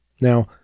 Now